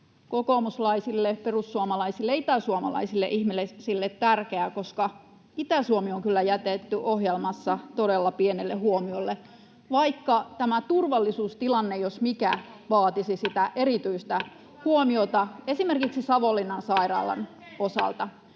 kokoomuslaisille ja perussuomalaisille itäsuomalaisille ihmisille tärkeää, koska Itä-Suomi on kyllä jätetty ohjelmassa todella pienelle huomiolle, [Sanna Antikainen: Ei pidä paikkaansa!] vaikka tämä turvallisuustilanne jos mikä vaatisi erityistä huomiota esimerkiksi Savonlinnan sairaalan osalta.